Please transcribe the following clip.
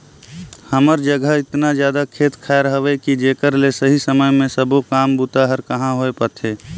हमर जघा एतना जादा खेत खायर हवे कि जेकर ले सही समय मे सबो काम बूता हर कहाँ होए पाथे